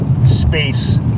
space